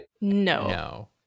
No